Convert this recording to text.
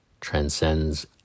transcends